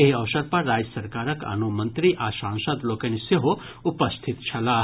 एहि अवसर पर राज्य सरकारक आनो मंत्री आ सांसद लोकनि सेहो उपस्थित छलाह